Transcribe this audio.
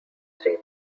three